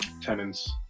tenants